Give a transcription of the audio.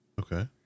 Okay